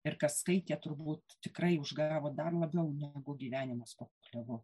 ir kas skaitė turbūt tikrai užgavo dar labiau negu gyvenimas po klevu